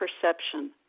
perception